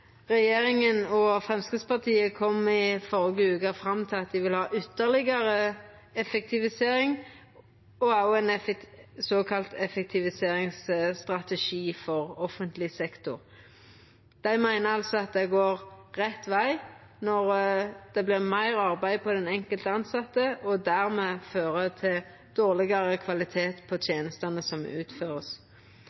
regjeringa og Framstegspartiet kom i førre veke fram til at dei ville ha ytterlegare effektivisering og ein såkalla effektiviseringsstrategi for offentleg sektor. Dei meiner altså at det går rett veg når det vert meir arbeid for den enkelte tilsette – som dermed fører til dårlegare kvalitet på